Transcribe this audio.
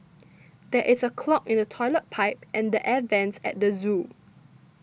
there is a clog in the Toilet Pipe and the Air Vents at the zoo